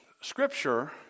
Scripture